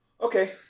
Okay